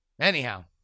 Anyhow